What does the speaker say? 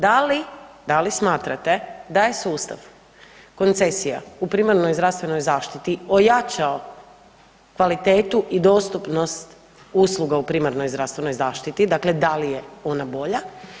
Da li, da li smatrate da je sustav koncesija u primarnoj zdravstvenoj zaštiti ojačao kvalitetu i dostupnost usluga u primarnoj zdravstvenoj zaštiti, dakle da li je ona bolja?